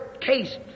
case